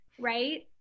right